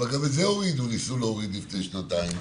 אבל גם את זה ניסו להוריד לפני שנתיים,